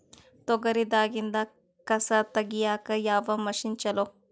ತೊಗರಿ ದಾಗಿಂದ ಕಸಾ ತಗಿಯಕ ಯಾವ ಮಷಿನ್ ಚಲೋ?